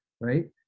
right